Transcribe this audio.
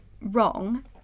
wrong